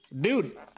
Dude